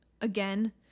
again